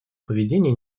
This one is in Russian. поведения